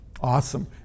awesome